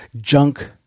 junk